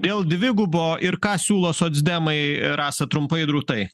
dėl dvigubo ir ką siūlo socdemai rasa trumpai drūtai